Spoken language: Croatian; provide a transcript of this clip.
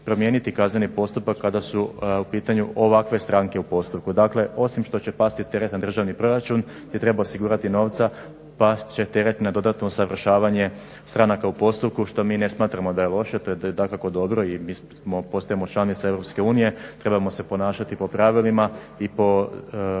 promijeniti kazneni postupak kada su u pitanju ovakve stranke u postupku. Dakle osim što će pasti teret na državni proračun bi trebalo osigurati novca past će teret na dodatno usavršavanje stranaka u postupku što mi ne smatramo da je loše. To je dakako dobro i mi smo, postajemo članica EU i trebamo se ponašati po pravilima i po